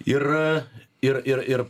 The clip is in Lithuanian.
ir ir ir ir